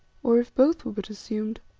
or if both were but assumed.